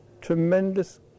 tremendous